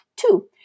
Two